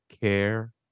care